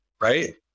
Right